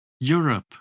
Europe